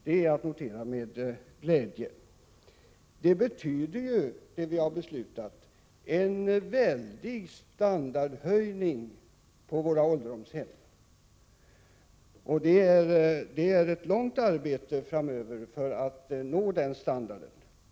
Det som vi har beslutat betyder en väldig standardhöjning på våra ålderdomshem. Det är ett omfattande arbete som behövs framöver för att vi skall få den standarden.